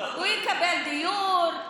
הוא יקבל דיור,